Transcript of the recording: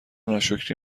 ناشکری